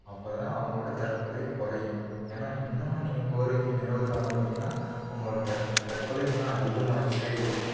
அப்போ தான் அவங்களோட தற்கொலை குறையும் ஏன்னா இன்னும் நீங்கள் கோரிக்கையை நிறவேத்தாமல் இருந்தீங்கன்னா அவங்களோட தற் தற்கொலை இன்னும் அதிகமாகிக்கிட்டே இருக்கும்